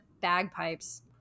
bagpipes